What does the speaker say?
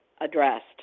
addressed